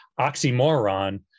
oxymoron